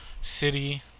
city